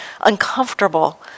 uncomfortable